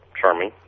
charming